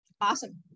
Awesome